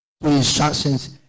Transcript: instructions